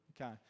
okay